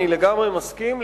אני לגמרי מסכים,